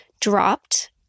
dropped